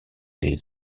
des